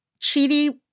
Chidi